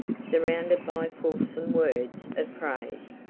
surrounded by fulsome words of praise.